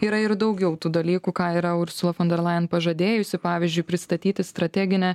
yra ir daugiau tų dalykų ką yra ursula fonderlajen pažadėjusi pavyzdžiui pristatyti strateginę